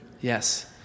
Yes